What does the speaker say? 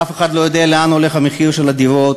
אף לא יודע לאן הולך המחיר של הדירות,